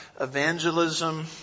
evangelism